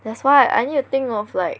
that's why I need to think of like